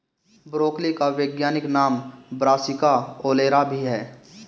broccoli का वैज्ञानिक नाम ब्रासिका ओलेरा भी है